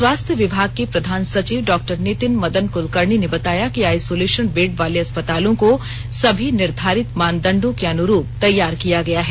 स्वास्थ्य विभाग के प्रधान सचिव डॉक्टर नितिन मदन कुलकर्णी ने बताया कि आइसोलेशन बेड वाले अस्पतालों को सभी निर्धारित मानदंडों के अनुरूप तैयार किया गया है